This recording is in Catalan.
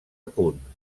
apunt